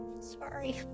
sorry